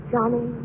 Johnny